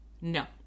No